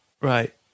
right